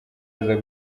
aza